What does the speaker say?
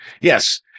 Yes